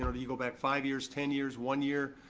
and you go back five years, ten years, one year,